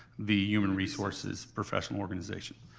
the human resources professional organization.